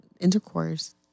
intercourse